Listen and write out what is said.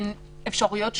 בין אפשרויות שונות.